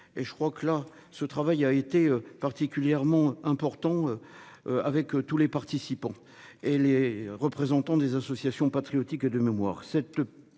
Et je crois que là, ce travail a été particulièrement important. Avec tous les participants et les représentants des associations patriotiques de mémoire